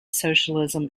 socialism